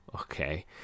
Okay